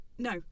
No